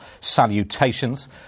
salutations